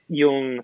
yung